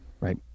Right